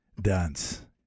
Dance